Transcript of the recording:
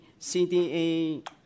CDA